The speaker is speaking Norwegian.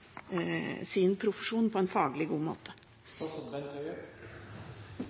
profesjon på en faglig god måte.